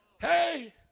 Hey